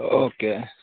okay